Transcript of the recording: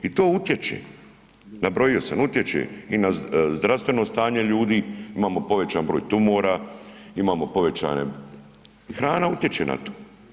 I to utječe nabrojio sam utječe i na zdravstveno stanje ljudi, imamo povećani broj tumora, imamo povećane, hrana utječe na to.